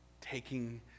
taking